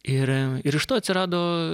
ir ir iš to atsirado